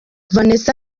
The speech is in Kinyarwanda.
vanessa